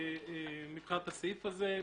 מבחינת הסעיף הזה.